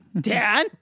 Dad